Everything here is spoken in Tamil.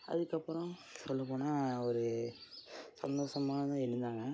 அதுக்கப்புறம் சொல்லப்போனால் ஒரு சந்தோஷமா தான் இருந்தாங்க